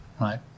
right